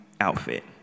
outfit